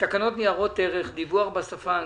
על סדר-היום: הצעת תקנות ניירות ערך (דיווח בשפה האנגלית)